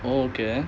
oh okay